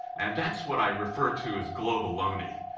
and that's what i refer to as globaloney,